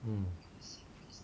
mm